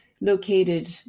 located